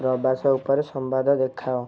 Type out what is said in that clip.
ପ୍ରବାସ ଉପରେ ସମ୍ବାଦ ଦେଖାଅ